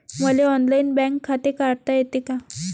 मले online bank खाते काढता येते का?